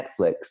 Netflix